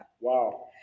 Wow